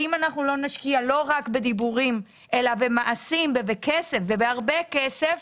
אם אנחנו לא נשקיע לא רק בדיבורים אלא במעשים ובכסף ובהרבה כסף,